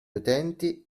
utenti